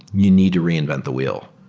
you need to reinvent the wheel.